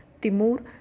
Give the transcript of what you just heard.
Timur